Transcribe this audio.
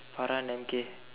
Farah and M_K